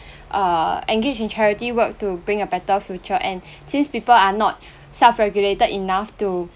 err engage in charity work to bring a better future and since people are not self regulated enough to